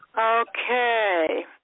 Okay